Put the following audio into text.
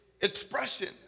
expression